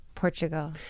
Portugal